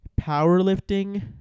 powerlifting